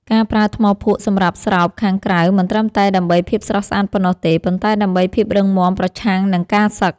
ការប្រើថ្មភក់សម្រាប់ស្រោបខាងក្រៅមិនត្រឹមតែដើម្បីភាពស្រស់ស្អាតប៉ុណ្ណោះទេ ប៉ុន្តែដើម្បីភាពរឹងមាំប្រឆាំងនឹងការសឹក។